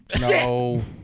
No